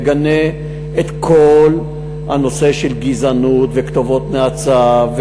מגנה את כל הנושא של גזענות וכתובות נאצה,